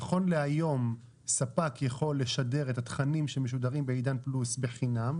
נכון להיום ספק יכול לשדר את התכנים שמשודרים בעידן פלוס בחינם,